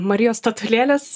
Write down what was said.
marijos statulėles